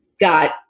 got